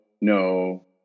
no